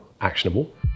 actionable